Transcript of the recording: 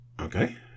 okay